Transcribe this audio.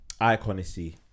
Iconic